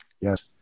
Yes